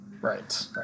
Right